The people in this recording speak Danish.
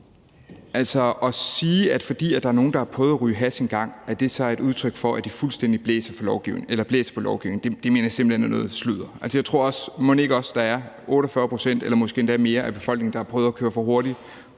Altså at sige, at fordi der er nogle, der har prøvet at ryge hash engang, så er det et udtryk for, at de fuldstændig blæser på lovgivningen, mener jeg simpelt hen er noget sludder. Mon ikke også der er 48 pct. eller måske endda mere af befolkningen, der har prøvet at køre for hurtigt